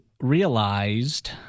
realized